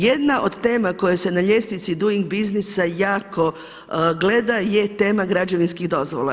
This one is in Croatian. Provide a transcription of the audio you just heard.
Jedna od tema koja se na ljestvici Donig Businessa jako gleda je tema građevinskih dozvola.